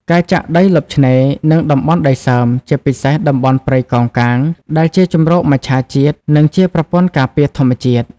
ការចាក់ដីលុបឆ្នេរ និងតំបន់ដីសើម ជាពិសេសតំបន់ព្រៃកោងកាង ដែលជាជម្រកមច្ឆាជាតិ និងជាប្រព័ន្ធការពារធម្មជាតិ។